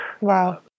Wow